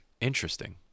Interesting